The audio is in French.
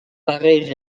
pareil